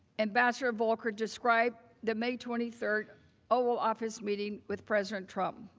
investor volker described the may twenty three oh office meeting with president trump.